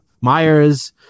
Myers